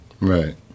Right